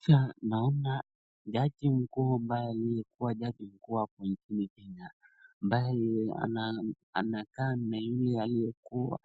Picha naona jaji mkuu ambaye aliyekuwa jaji mkuu hapa nchini Kenya, ambaye anakaa na yule aliyekuwa